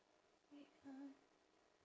wait ha